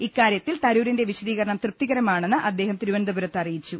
ഇക്കാര്യത്തിൽ തരൂരിന്റെ വിശദീകരണം തൃപ്തികരമാണെന്ന് അദ്ദേഹം തിരുവനന്തപുരത്ത് അറിയിച്ചു